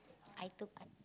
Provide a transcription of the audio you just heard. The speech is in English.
I took art